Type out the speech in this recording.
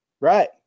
Right